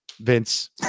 Vince